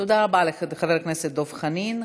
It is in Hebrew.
תודה רבה לחבר הכנסת דב חנין.